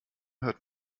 hört